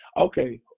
Okay